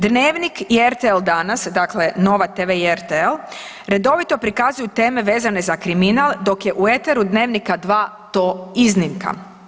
Dnevnik i RTL Danas, dakle Nova TV i RTL, redovito prikazuju teme vezane za kriminal, dok je u eteru Dnevnika 2 to iznimka.